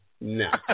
no